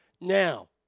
Now